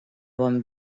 bon